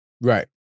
Right